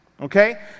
Okay